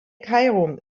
cairum